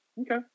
Okay